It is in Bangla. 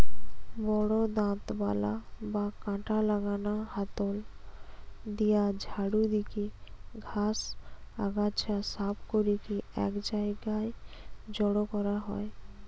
বড় দাঁতবালা বা কাঁটা লাগানা হাতল দিয়া ঝাড়ু দিকি ঘাস, আগাছা সাফ করিকি এক জায়গায় জড়ো করা হয়